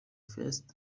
first